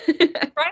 Right